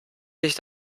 sich